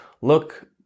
look